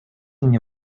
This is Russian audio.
мне